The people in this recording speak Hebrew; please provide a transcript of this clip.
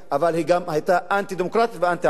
אבל היא גם היתה אנטי-דמוקרטית ואנטי-ערבית.